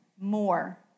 more